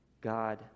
God